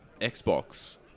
Xbox